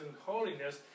holiness